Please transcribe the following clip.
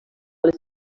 les